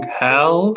hell